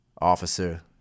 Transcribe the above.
officer